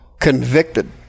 convicted